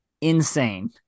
insane